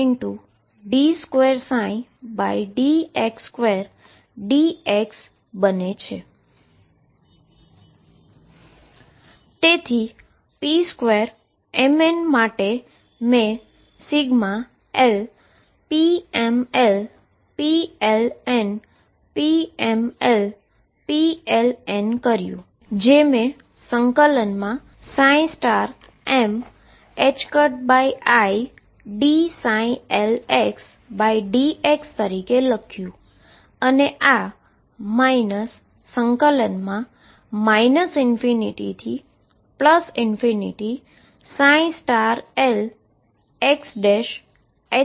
તેથી pmn2 માટે મેં lpmlplnpmlpln કર્યું જેને મેં ∫midlxdx તરીકે લખ્યું અને આ ∞lxidn dx છે